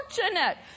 fortunate